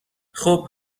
خوب